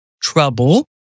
trouble